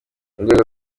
rwego